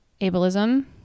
ableism